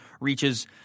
reaches –